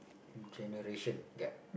generation gap